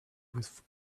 with